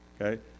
okay